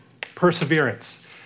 perseverance